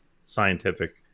scientific